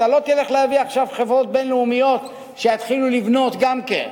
אתה לא תלך להביא עכשיו חברות בין-לאומיות שיתחילו לבנות גם כן.